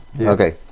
Okay